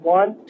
one